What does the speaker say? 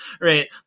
right